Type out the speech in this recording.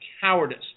cowardice